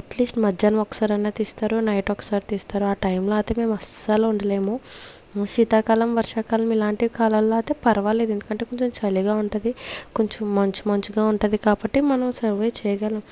at least మధ్యాహ్నం ఒకసారన్న తీస్తారు నైట్ ఒకసారి తీస్తారు ఆ టైం లో అయితే మేము అస్సలు ఉండలేము శీతాకాలం వర్షాకాలం ఇలాంటివి కాలంలో అయితే పర్వాలేదు ఎందుకంటే కొంచెం చలిగా ఉంటది కొంచెం మంచు మంచుగా ఉంటది కాబట్టి మనం సర్వైవ్ చేయగలం